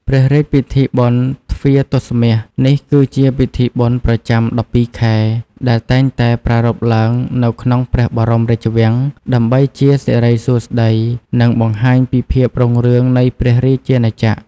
ព្រះរាជពិធីបុណ្យទ្វារទសមាស នេះគឺជាពិធីបុណ្យប្រចាំដប់ពីរខែ ដែលតែងតែប្រារព្ធឡើងនៅក្នុងព្រះបរមរាជវាំង ដើម្បីជាសិរីសួស្ដី និងបង្ហាញពីភាពរុងរឿងនៃព្រះរាជាណាចក្រ។